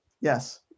yes